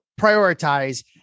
prioritize